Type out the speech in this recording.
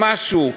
או משהו.